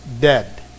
dead